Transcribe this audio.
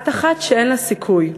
את אחת שאין לה סיכוי.